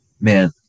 man